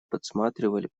подсматривали